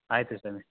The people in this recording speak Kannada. ಆಯಿತು ಸ್ವಾಮಿ